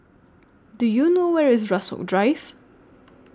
Do YOU know Where IS Rasok Drive